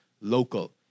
local